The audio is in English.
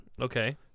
Okay